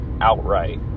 outright